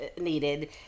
needed